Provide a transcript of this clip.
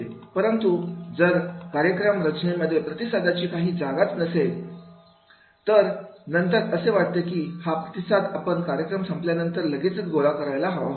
परंतु जर कार्यक्रम रचनेमध्ये प्रतिसादासाठी काही जागाच नाही ठेवली तर नंतर असे वाटते की हा प्रतिसाद आपण कार्यक्रम संपल्यानंतर लगेचच गोळा करायला हवा होता